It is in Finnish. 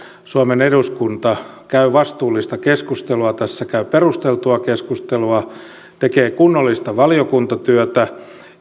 suomen eduskunta käy vastuullista keskustelua tässä käy perusteltua keskustelua tekee kunnollista valiokuntatyötä